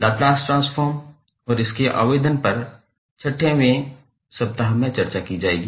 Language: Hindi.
लाप्लास ट्रांसफॉर्म और इसके आवेदन पर 6 वें सप्ताह में चर्चा की जाएगी